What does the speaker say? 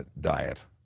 diet